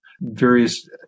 various